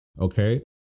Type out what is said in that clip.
okay